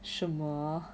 什么